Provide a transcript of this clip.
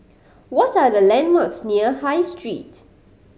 what are the landmarks near High Street